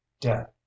Death